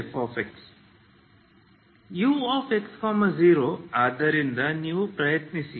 ux0 ಆದ್ದರಿಂದ ನೀವು ಪ್ರಯತ್ನಿಸಿ